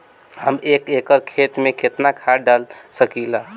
हम एक एकड़ खेत में केतना खाद डाल सकिला?